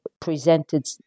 presented